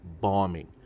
bombing